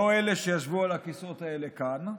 לא אלה שישבו על הכיסאות האלה כאן,